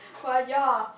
but ya